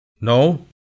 No